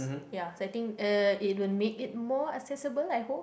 ya so I think uh it will make it more accessible I hope